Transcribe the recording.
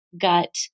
gut